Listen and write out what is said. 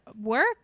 work